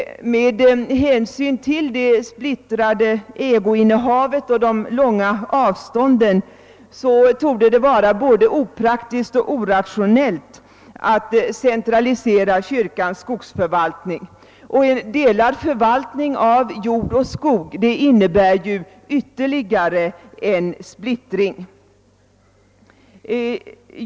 Med hänsyn till det splittrade ägoinnehavet och de långa avstånden torde det vara både opraktiskt och orationellt att centralisera kyrkans skogsförvaltning. Delad förvaltning av jord och skog innebär ju ytterligare en splittring.